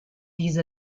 diese